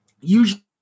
usually